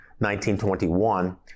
1921